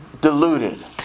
deluded